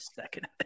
second